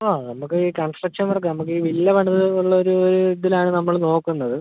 ആ നമുക്ക് ഈ കൺസ്ട്രക്ഷൻ വർക്ക് നമുക്ക് ഈ വില്ല വേണ്ടത് ഉള്ള ഒരു ഒരു ഇതിൽ ആണ് നമ്മൾ നോക്കുന്നത്